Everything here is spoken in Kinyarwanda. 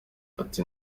ati